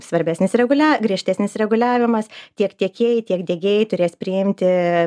svarbesnis regulia griežtesnis reguliavimas tiek tiekėjai tiek diegėjai turės priimti